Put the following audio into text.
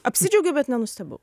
apsidžiaugiau bet nenustebau